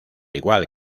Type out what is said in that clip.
igual